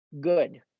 good